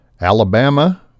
Alabama